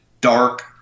dark